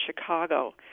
Chicago